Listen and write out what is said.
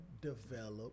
develop